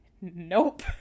Nope